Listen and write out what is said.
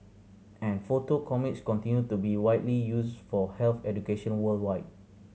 and photo comics continue to be widely used for health education worldwide